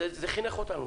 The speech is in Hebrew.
זה חינך אותנו.